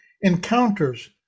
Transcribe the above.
encounters